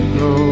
go